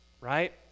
right